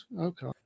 Okay